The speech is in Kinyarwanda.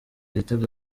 ibitego